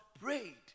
prayed